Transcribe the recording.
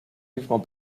mismo